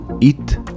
Eat